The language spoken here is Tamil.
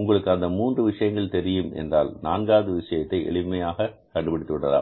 உங்களுக்கு அந்த மூன்று விஷயங்கள் தெரியும் என்றால் நான்காவது விஷயத்தை எளிமையாக கண்டுபிடித்துவிடலாம்